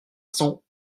cents